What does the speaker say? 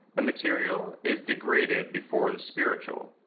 the material is degraded before the spiritual.